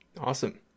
Awesome